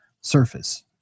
surface